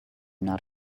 not